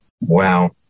Wow